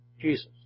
Jesus